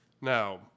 Now